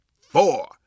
four